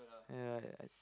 right I